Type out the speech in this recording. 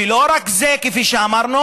ולא רק זה: כפי שאמרנו,